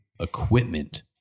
Equipment